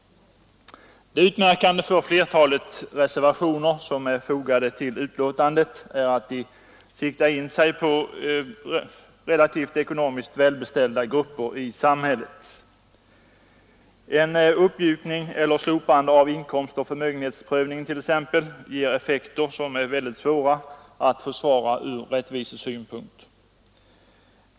Det utmärkande för flertalet reservationer som är fogade vid betänkandet är att de siktar in sig på ekonomiskt relativt välbeställda grupper i samhället. En uppmjukning eller ett slopande av inkomstoch förmögenhetsprövningen t.ex. ger effekter som är svåra att försvara från rättvisesynpunkt.